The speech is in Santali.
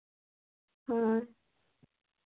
ᱦᱮᱸ